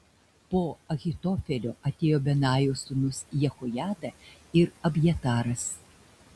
po ahitofelio atėjo benajo sūnus jehojada ir abjataras